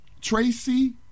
Tracy